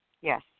Yes